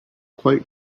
quite